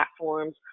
platforms